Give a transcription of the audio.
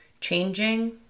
changing